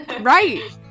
right